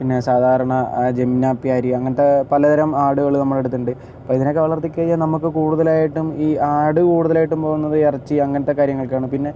പിന്നെ സാധാരണ ജമുനാ പ്യാരി അങ്ങനത്തെ പലതരം ആടുകൾ നമ്മുടെ അടുത്തുണ്ട് ഇപ്പോൾ ഇതിനെയൊക്കെ വളർത്തി കഴിഞ്ഞാൽ നമുക്ക് കൂടുതലായിട്ടും ഈ ആട് കൂടുതലായിട്ടും പോകുന്നത് ഇറച്ചി അങ്ങനത്തെ കാര്യങ്ങൾക്കാണ് പിന്നെ